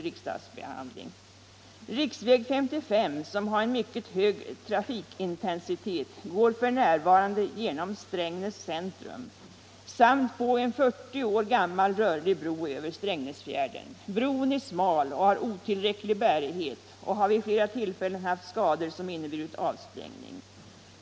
Riksväg 55, som har en mycket hög trafikintensitet, går f.n. genom Strängnäs centrum samt på en 40 år gammal rörlig bro över Strängnäsfjärden. Bron är smal och har otillräcklig bärighet, och den har vid flera tillfällen haft skador som inneburit avstängning.